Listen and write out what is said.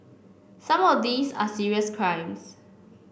some of these are serious crimes